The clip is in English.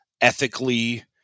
ethically